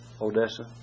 Odessa